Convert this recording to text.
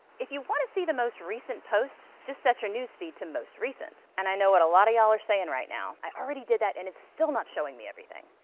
if you want to see the most recent posts, just set your news feed to most recent. and i know what a lot of y'all are saying right now i already did that and it's still not showing me everything!